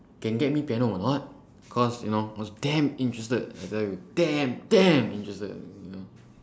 can get me piano or not cause you know I was damn interested I tell you damn damn interested you know